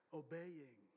obeying